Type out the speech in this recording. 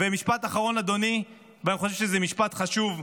ומשפט אחרון, אדוני, ואני חושב שזה משפט חשוב,